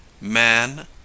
Man